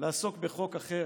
לעסוק בחוק אחר.